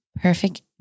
perfect